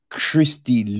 Christy